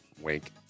Wink